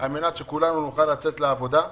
על-מנת שכולנו נוכל לצאת לעבודה.